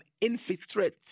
infiltrate